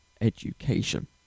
education